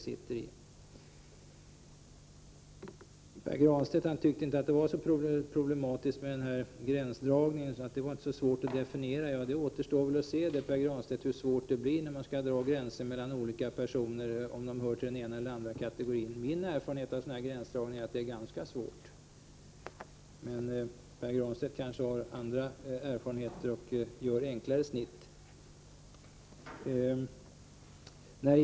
Pär Granstedt tycker inte att det är så problematiskt med gränsdragningen. Det är inte svårt att definiera vad som är det ena och det andra, anser han. Ja, det återstår väl att se hur svårt det blir när man skall dra gränser mellan olika personer och avgöra om de hör till den ena eller andra kategorin. Min erfarenhet av sådan gränsdragning är att det är ganska svårt. Men Pär Granstedt kanske har andra erfarenheter och gör enklare snitt.